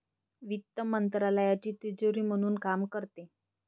वित्त मंत्रालयाची तिजोरी म्हणून काम करते